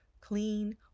clean